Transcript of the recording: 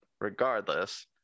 Regardless